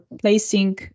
placing